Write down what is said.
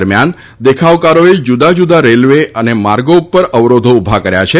દરમ્યાન દેખાવકારોને જુદાજુદા રેલ અને માર્ગો ઉપર અવરોધો ઉભા કર્યા છે